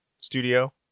studio